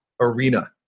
arena